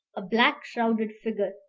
a black-shrouded figure,